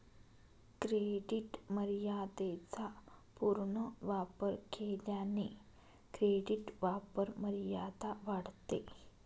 credit मर्यादेचा पूर्ण वापर केल्याने क्रेडिट वापरमर्यादा वाढते